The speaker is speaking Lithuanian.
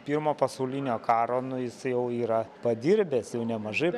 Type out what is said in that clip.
pirmo pasaulinio karo nu jisai jau yra padirbęs jau nemažai